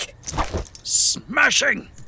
Smashing